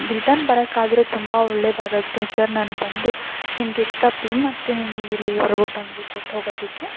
return ಬರೋಕ್ಕಾದ್ರೆ ತುಂಬ ಒಳ್ಳೆಯದಾಗುತ್ತೆ ಸರ್ ನಾನು ಬಂದು ನಿಮಗೆ ಎಕ್ಸ್ಟ್ರಾ ಪೇ ಮಾಡ್ತೇನೆ ನೀವು ಇಲ್ಲಿವರೆಗೂ ಬಂದು ಕೊಟ್ಟು ಹೋಗೋದಕ್ಕೆ